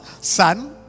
Son